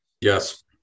Yes